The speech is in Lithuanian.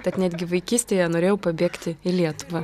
tad netgi vaikystėje norėjau pabėgti į lietuvą